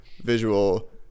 visual